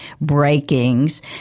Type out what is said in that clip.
breakings